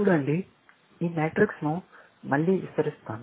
చూడండి ఈ మాతృకను మళ్ళీ వివరిస్తాను